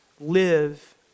live